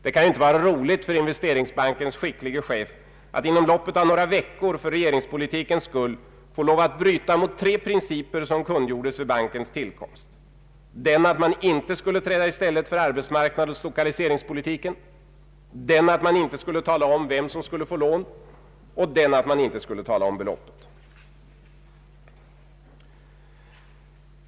Det kan ju inte vara särskilt roligt för Investeringsbankens skicklige chef att inom loppet av några veckor för regeringspolitikens skull få lov att bryta mot tre principer som kungjordes vid bankens tillkomst: den att man inte skulle träda i stället för arbetsmarknadsoch lokaliseringspolitiken, den att man inte skulle tala om vem som skulle få lån och den att man inte skulle tala om beloppet.